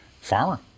Farmer